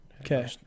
Okay